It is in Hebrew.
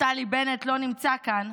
נפתלי בנט לא נמצא כאן,